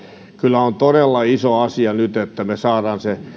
kyllä on todella iso asia nyt että me saamme